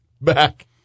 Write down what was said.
Back